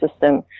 system